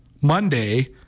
Monday